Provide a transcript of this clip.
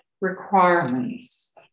requirements